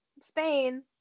Spain